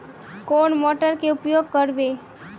कौन मोटर के उपयोग करवे?